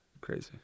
crazy